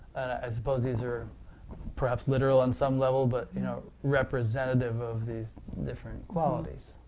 i suppose these are perhaps literal on some level, but you know representatives of these different qualities.